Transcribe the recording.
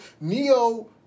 Neo